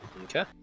Okay